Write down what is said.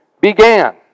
began